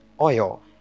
oil